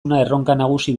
nagusi